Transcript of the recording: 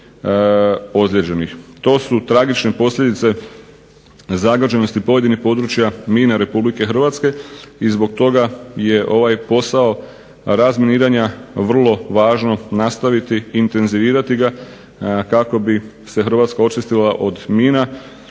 To su tragične posljedice zagađenosti pojedinih područja mina Republike Hrvatske i zbog toga je ovaj posao razminiranja vrlo važno nastaviti intenzivirati ga kako bi se Hrvatska očistila od mina